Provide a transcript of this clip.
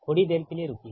थोड़ी देर के लिए रुकिए